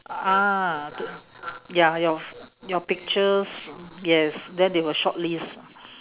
ah to ya your your pictures yes then they will shortlist